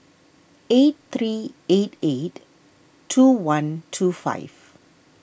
eight three eight eight two one two five